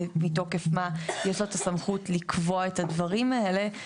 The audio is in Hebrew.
ומתוקף מה יש לה את הסמכות לקבוע את הדברים האלה,